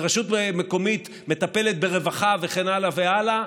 ורשות מקומית מטפלת ברווחה וכן הלאה והלאה.